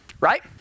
right